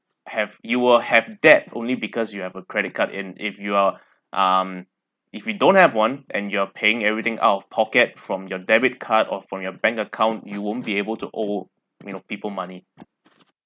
have you will have debt only because you have a credit card and if you are um if you don't have one and you're paying everything out of pocket from your debit card or from your bank account you won't be able to owe you know people money